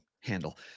Handle